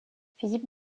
philippe